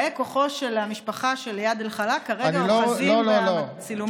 באי כוחו של המשפחה של איאד אלחלאק כרגע אוחזים בצילומים?